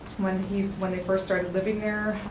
when when they first started living there,